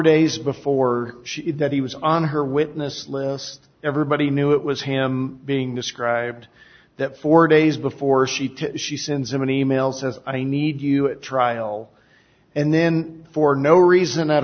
days before that he was on her witness list everybody knew it was him being described that four days before she took she sends him an e mail says i need you at trial and then for no reason at